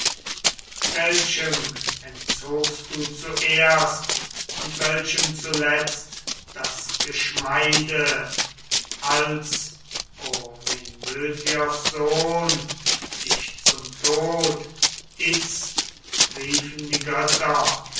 welchem entzogst du zuerst und welchem zuletzt das geschmeide als o menötios sohn dich zum tod itzt riefen die götter